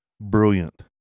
brilliant